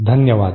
धन्यवाद